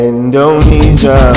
Indonesia